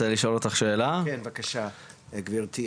גבירתי,